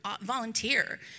volunteer